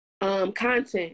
Content